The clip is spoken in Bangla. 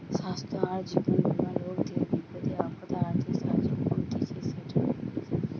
স্বাস্থ্য আর জীবন বীমা লোকদের বিপদে আপদে আর্থিক সাহায্য করতিছে, সেটার ব্যাপারে জানা